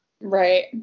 Right